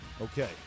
Okay